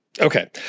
Okay